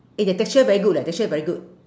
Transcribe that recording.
eh that texture very good leh texture very good